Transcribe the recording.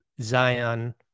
Zion